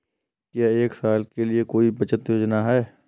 क्या एक साल के लिए कोई बचत योजना है?